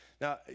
Now